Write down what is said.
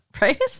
Right